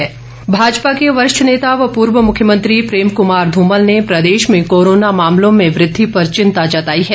धुमल भाजपा के वरिष्ठ नेता व पूर्व मुख्यमंत्री प्रेम कमार ध्ममल ने प्रदेश में कोरोना मामलों में वृद्धि पर चिंता जताई है